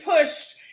pushed